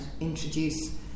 introduce